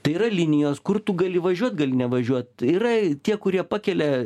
tai yra linijos kur tu gali važiuot gali nevažiuot yra tie kurie pakelia